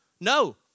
No